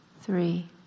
three